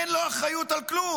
אין לו אחריות על כלום,